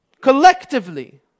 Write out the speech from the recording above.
collectively